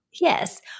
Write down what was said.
yes